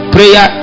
Prayer